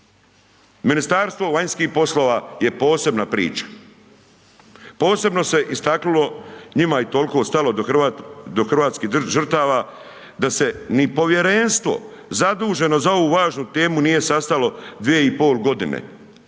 Ministarstvo vanjskih poslova je posebna priča. Posebno se je istaknulo, njima je toliko stalo do hrvatskih žrtava, da se ni povjerenstvo zaduženo za ovu važnu temu nije sastalo 2,5 godine.